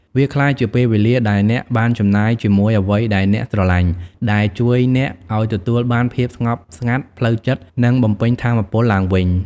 វាក្លាយជាពេលវេលាដែលអ្នកបានចំណាយជាមួយអ្វីដែលអ្នកស្រឡាញ់ ដែលជួយអ្នកឱ្យទទួលបានភាពស្ងប់ស្ងាត់ផ្លូវចិត្ត និងបំពេញថាមពលឡើងវិញ។